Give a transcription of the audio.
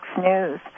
News